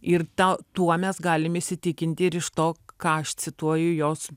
ir tą tuo mes galim įsitikinti ir iš to ką aš cituoju jos